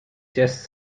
just